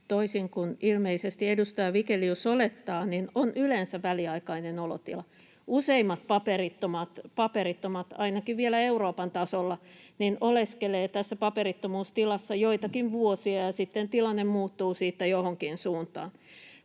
toisin kuin ilmeisesti edustaja Vigelius olettaa, on yleensä väliaikainen olotila. Useimmat paperittomat, ainakin vielä Euroopan tasolla, oleskelevat tässä paperittomuustilassa joitakin vuosia, ja sitten tilanne muuttuu siitä johonkin suuntaan.